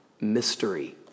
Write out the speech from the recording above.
mystery